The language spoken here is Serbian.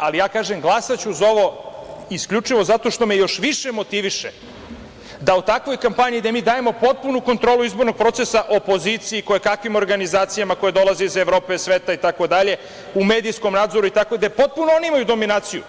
Ali, ja kažem, glasaću za ovo, isključivo zato što me još više motiviše da o takvoj kampanji gde mi dajemo potpunu kontrolu izbornog procesa opoziciji i koje kakvim organizacijama koje dolaze iz Evrope, sveta, u medijskom nadzoru, itd. gde potpuno oni imaju dominaciju,